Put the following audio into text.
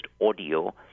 audio